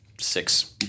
six